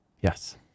yes